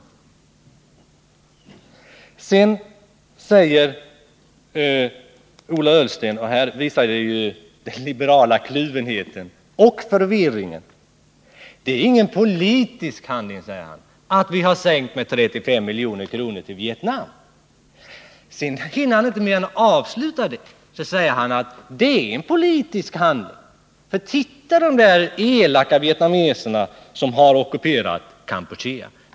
Vidare säger Ola Ullsten, vilket visar den liberala kluvenheten och förvirringen: Det är ingen politisk handling att vi har sänkt biståndet till Vietnam med 35 milj.kr. Sedan hinner han inte mer än avsluta det förrän han säger att det är en politisk handling — titta på de där elaka vietnameserna, som har ockuperat Kampuchea!